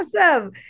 awesome